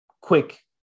quick